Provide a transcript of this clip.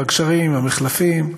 הגשרים והמחלפים,